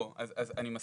אני מסכים,